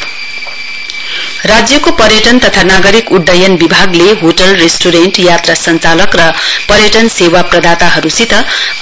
tourism circular राज्यको पर्यटन तथा नागरिक उड्डयन विभागले होटल रेस्ट्रेन्ट यात्रा सञ्चालक र पर्यटनसेवा प्रदाताहरुसित